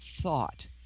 thought